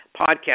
podcast